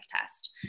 test